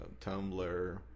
Tumblr